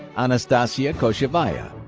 anastasia koshevaya,